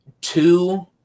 Two